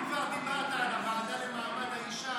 אם כבר דיברת על הוועדה למעמד האישה,